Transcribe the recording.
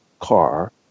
car